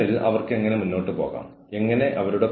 നിങ്ങൾ എങ്ങനെയാണ് അനുസരണക്കേട് കൈകാര്യം ചെയ്യുന്നത്